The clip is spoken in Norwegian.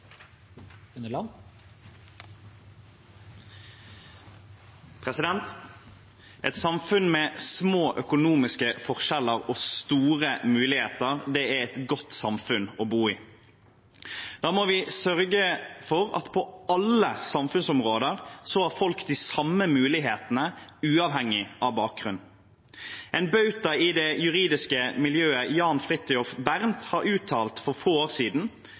et godt samfunn å bo i. Da må vi sørge for at på alle samfunnsområder har folk de samme mulighetene, uavhengig av bakgrunn. En bauta i det juridiske miljøet, Jan Fridthjof Bernt, uttalte for få år siden